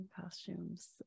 costumes